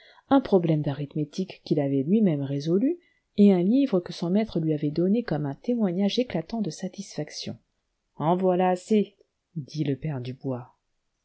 un problème d'arithmétique qu'il avait lui-même résolu et un livre que son maître lui avait donné comme un témoignage éclatant de satisfaction en voilà assez dit le père dubois